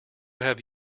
have